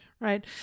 right